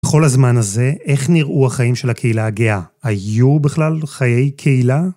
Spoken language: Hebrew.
בכל הזמן הזה, איך נראו החיים של הקהילה הגאה? היו בכלל חיי קהילה?